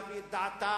להביע את דעתם,